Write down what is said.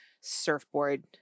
surfboard